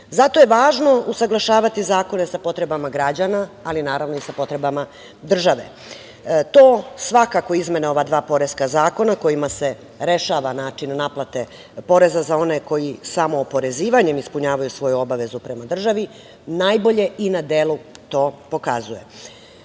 itd. Zato je važno usaglašavati zakone sa potrebama građana, ali naravno, i sa potrebama države. To svakako izmene ova dva poreska zakona kojima se rešava način naplate poreza za one koji samo oporezivanjem ispunjavaju svoju obavezu prema državi najbolje i na delu to pokazuje. Drago